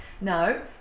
No